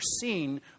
seen